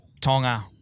Tonga